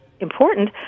important